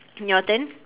your turn